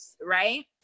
right